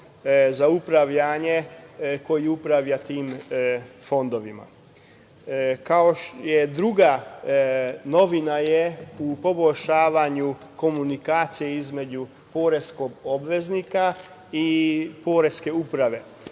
za upravljanje koje upravlja tim fondovima. Druga novina je u poboljšavanju komunikacije između poreskog obveznika i Poreske uprave.